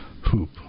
Hoop